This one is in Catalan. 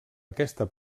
aquesta